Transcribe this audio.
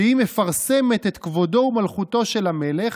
שהיא מפרסמת את כבודו ומלכותו של המלך,